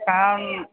কাৰণ